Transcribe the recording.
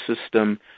system